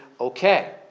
okay